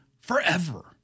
forever